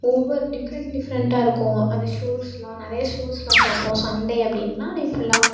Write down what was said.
ஒவ்வொரு டிஃபரெண்ட் டிஃபரெண்ட்டாக இருக்கும் அந்த ஷோஸெலாம் நிறைய ஷோஸெலாம் பார்ப்போம் சண்டே அப்படின்னா அன்றைக்கி ஃபுல்லா